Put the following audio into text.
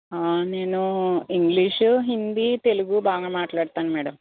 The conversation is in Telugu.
నేను ఇంగ్లీషు హిందీ తెలుగు బాగా మాట్లాడతాను మేడం